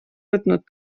võtnud